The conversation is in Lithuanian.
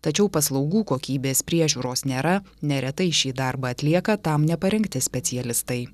tačiau paslaugų kokybės priežiūros nėra neretai šį darbą atlieka tam neparengti specialistai